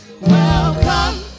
welcome